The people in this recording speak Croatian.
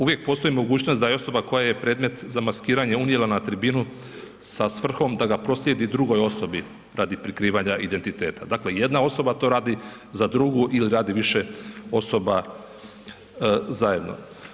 Uvijek postoji mogućnost da je osoba koja je predmet za maskiranje unijela na tribinu sa svrhom da ga proslijedi drugoj osobi radi prikrivanja identiteta, dakle jedna osoba to radi za drugu ili radi više osoba zajedno.